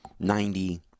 Ninety